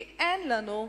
כי אין לנו,